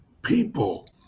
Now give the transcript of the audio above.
People